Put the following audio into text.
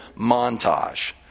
montage